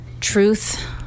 truth